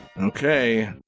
Okay